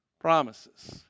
Promises